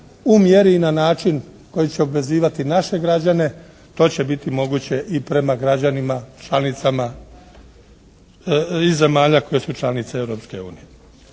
u mjeri i na način koji će obvezivati naše građane to će biti moguće i prema građanima članicama i zemalja koje su članice